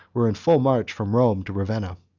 were in full march from rome to ravenna.